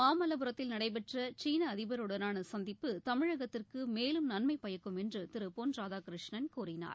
மாமல்லபுரத்தில் நடைபெற்ற சீன அதிபருடனான சந்திப்பு தமிழகத்திற்கு மேலும் நன்மைபயக்கும் என்று திரு பொன் ராதாகிருஷ்ணன் கூறினார்